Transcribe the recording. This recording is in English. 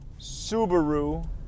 Subaru